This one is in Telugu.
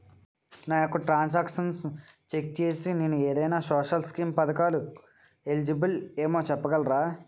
నా యెక్క ట్రాన్స్ ఆక్షన్లను చెక్ చేసి నేను ఏదైనా సోషల్ స్కీం పథకాలు కు ఎలిజిబుల్ ఏమో చెప్పగలరా?